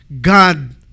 God